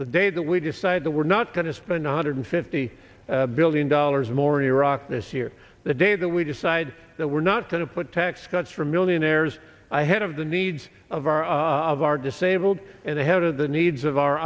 the day that we decide that we're not going to spend one hundred fifty billion dollars more in iraq this year the day that we decide that we're not going to put tax cuts for millionaires i head of the needs of our of our disabled and ahead of the needs of our